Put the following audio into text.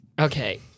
Okay